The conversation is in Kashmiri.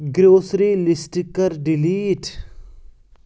گرٛوسرِی لِسٹہٕ کَر ڈِلیٖٹ